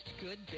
good